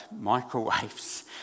microwaves